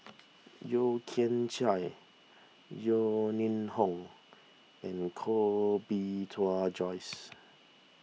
Yeo Kian Chai Yeo Ning Hong and Koh Bee Tuan Joyce